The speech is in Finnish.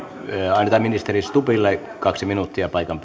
annetaan ministeri stubbille kaksi minuuttia paikan